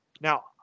now